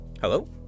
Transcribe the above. Hello